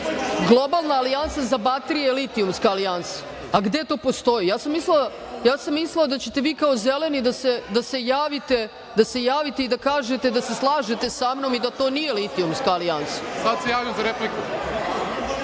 Globalna alijansa za baterije je litijumska alijansa, a gde to postoji? Ja sam mislila da ćete vi kao zeleni da se javite i da kažete da se slažete sa mnom i da to nije litijumska alijansa.(Radomir Lazović: